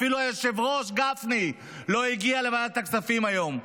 אפילו היושב-ראש גפני לא הגיע לוועדת הכספים היום,